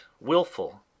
willful